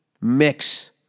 mix